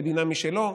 מדינה משלו,